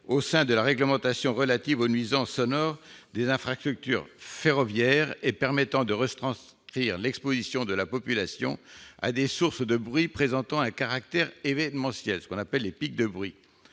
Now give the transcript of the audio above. au sein de la réglementation relative aux nuisances sonores des infrastructures ferroviaires et permettant de retranscrire l'exposition de la population à des sources de bruit présentant un caractère événementiel, ce qu'on appelle les « pics de bruit